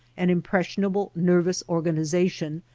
an impres sionable nervous organization,